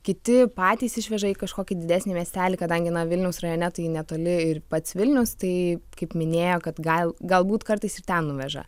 kiti patys išveža į kažkokį didesnį miestelį kadangi na vilniaus rajone tai netoli ir pats vilnius tai kaip minėjo kad gal galbūt kartais ir ten nuveža